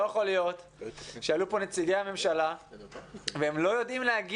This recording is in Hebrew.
לא יכול להיות שעלו כאן נציגי הממשלה והם לא יודעים לומר